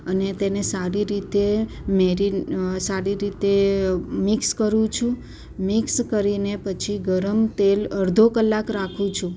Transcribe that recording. અને તેને સારી રીતે મેરીન સારી રીતે મિક્સ કરું છું મિક્સ કરીને પછી ગરમ તેલ અડધો કલાક રાખું છું